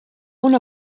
una